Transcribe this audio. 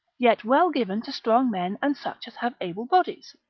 yet well given to strong men, and such as have able bodies.